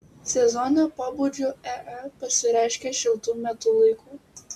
sezoninio pobūdžio ee pasireiškia šiltu metų laiku